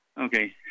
Okay